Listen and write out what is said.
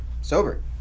sober